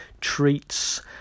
treats